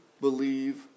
believe